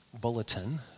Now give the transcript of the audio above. bulletin